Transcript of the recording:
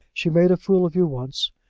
she made a fool of you once,